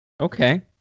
Okay